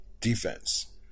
defense